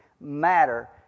matter